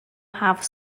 have